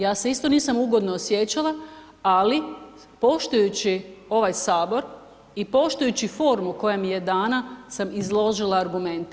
Ja se isto nisam ugodno osjećala, ali poštujući ovaj sabor i poštujući formu koja mi je dana sam izložila argumente.